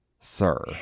Sir